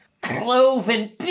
Cloven